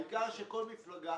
העיקר שהנציג של כל מפלגה